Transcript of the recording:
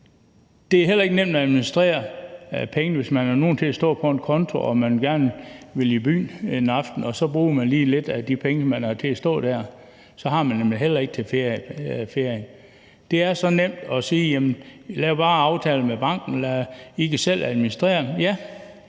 Det er heller ikke nemt at administrere penge, hvis man har nogle stående på en konto og man gerne vil i byen en aften. Så bruger man lige lidt af de penge, man har stående der, og så har man ikke til ferien. Det er så nemt at sige: Jamen bare lav en aftale med banken; I kan selv administrere